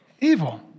evil